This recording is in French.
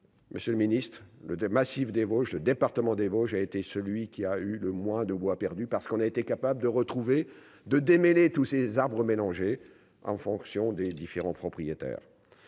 massif des Vosges, le département des Vosges a été celui qui a eu le mois de bois perdus parce qu'on a été capable de retrouver, de démêler tous ces arbres en fonction des différents propriétaires